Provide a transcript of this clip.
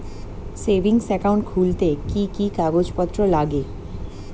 Savings account খুলতে কি কি কাগজপত্র লাগে?